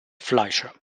fleischer